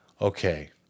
Okay